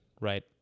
Right